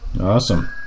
Awesome